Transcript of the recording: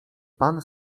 pan